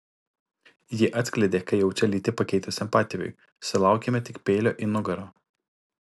ji atskleidė ką jaučia lytį pakeitusiam patėviui sulaukėme tik peilio į nugarą